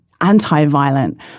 anti-violent